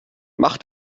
mach